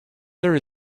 there